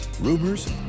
Rumors